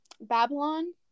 Babylon